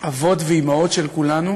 אבות ואימהות של כולנו,